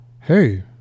hey